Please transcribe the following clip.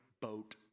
boat